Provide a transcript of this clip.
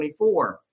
24